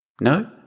No